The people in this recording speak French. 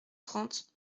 trente